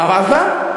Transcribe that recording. מה אמרת?